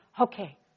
okay